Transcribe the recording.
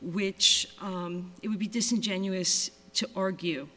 which it would be disingenuous to argue